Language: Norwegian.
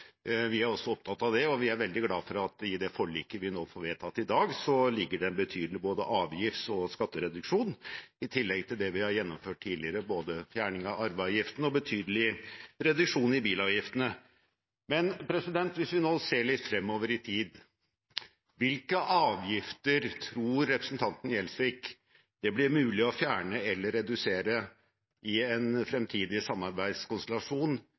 Vi er også opptatt av det, og vi er veldig glad for at det i forliket vi får vedtatt i dag, ligger en betydelig avgifts- og skattereduksjon, i tillegg til det vi har gjennomført tidligere: både fjerning av arveavgiften og betydelig reduksjon i bilavgiftene. Men hvis vi ser litt fremover i tid, hvilke avgifter tror representanten Gjelsvik det blir mulig å fjerne eller redusere i en fremtidig samarbeidskonstellasjon